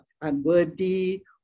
unworthy